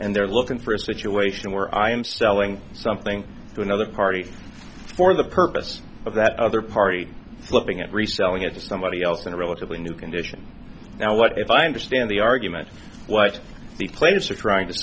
and they're looking for a situation where i am selling something to another party for the purpose of that other party flipping it reselling it to somebody else in a relatively new condition now what if i understand the argument what the plaintiffs are trying to